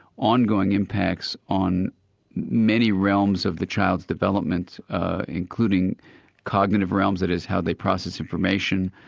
ongoing impacts on many realms of the child's development including cognitive realms, that is how they process information,